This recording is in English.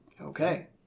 Okay